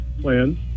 plans